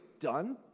done